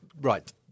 right